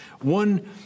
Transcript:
One